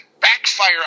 backfire